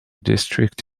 district